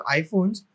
iPhones